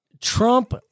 Trump